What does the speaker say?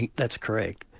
that's correct.